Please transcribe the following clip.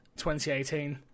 2018